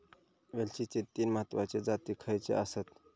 वेलचीचे तीन महत्वाचे जाती खयचे आसत?